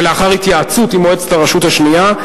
ולאחר התייעצות עם מועצת הרשות השנייה,